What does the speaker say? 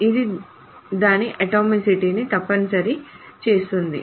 ఇది దాని అటామిసిటీను తప్పనిసరి చేస్తుంది